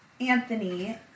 Anthony